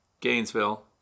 Gainesville